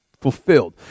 fulfilled